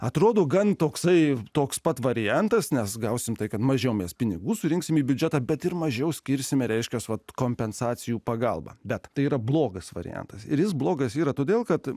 atrodo gan toksai toks pat variantas nes gausime tai kad mažiau mes pinigų surinksime į biudžetą bet ir mažiau skirsime reiškiasi vat kompensacijų pagalba bet tai yra blogas variantas ir jis blogas yra todėl kad